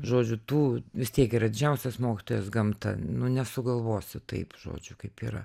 žodžiu tų vis tiek yra didžiausias mokytojas gamta nu nesugalvosi taip žodžiu kaip yra